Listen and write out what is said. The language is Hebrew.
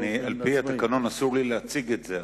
על-פי התקנון אסור לי להציג את זה,